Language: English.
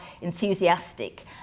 enthusiastic